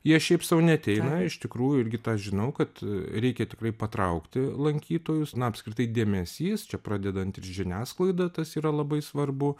jie šiaip sau neateina iš tikrųjų irgi tą žinau kad reikia tikrai patraukti lankytojus na apskritai dėmesys čia pradedant ir žiniasklaida tas yra labai svarbu